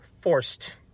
forced